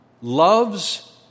love's